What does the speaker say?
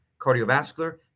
cardiovascular